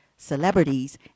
celebrities